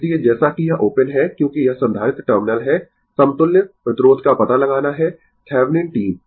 इसलिए जैसा कि यह ओपन है क्योंकि यह संधारित्र टर्मिनल है समतुल्य प्रतिरोध का पता लगाना है थैवनिन टीम